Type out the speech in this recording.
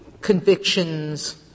convictions